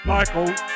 Michael